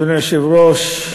אדוני היושב-ראש,